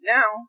Now